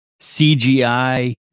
CGI